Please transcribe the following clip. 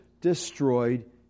destroyed